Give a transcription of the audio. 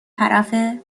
طرفه